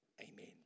amen